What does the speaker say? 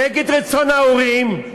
נגד רצון ההורים,